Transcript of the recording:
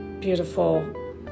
beautiful